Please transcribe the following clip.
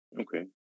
Okay